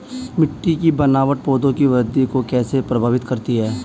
मिट्टी की बनावट पौधों की वृद्धि को कैसे प्रभावित करती है?